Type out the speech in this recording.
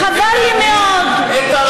וחבל לי מאוד, את הרשע.